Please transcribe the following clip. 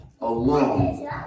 alone